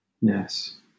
Yes